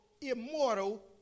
immortal